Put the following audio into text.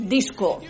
Disco